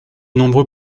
nombreux